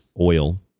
oil